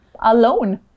alone